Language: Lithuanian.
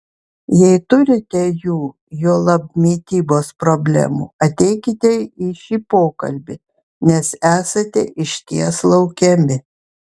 jei turite jų juolab mitybos problemų ateikite į šį pokalbį nes esate išties laukiami